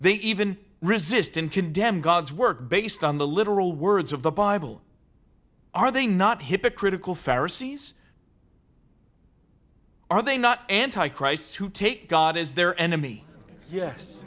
they even resistant condemn god's work based on the literal words of the bible are they not hypocritical pharisees are they not anti christ who take god is their enemy yes